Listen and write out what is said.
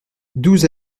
douze